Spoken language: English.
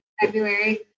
February